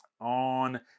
On